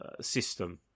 system